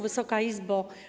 Wysoka Izbo!